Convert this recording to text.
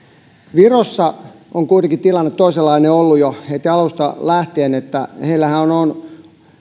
virossa on kuitenkin tilanne toisenlainen ollut jo heti alusta lähtien heillähän on on